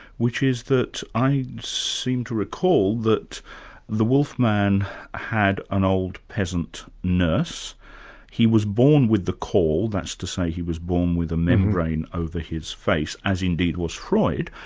which is that i seem to recall that the wolf man had an old peasant nurse he was born with the caul, that's to say he was born with a membrane over his face, as indeed was freud,